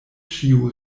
ĉiu